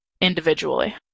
individually